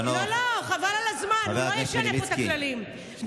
אל תפריע לי.